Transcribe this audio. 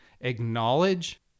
acknowledge